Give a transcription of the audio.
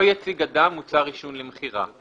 לא יציג אדם מוצר עישון למכירה.